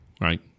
Right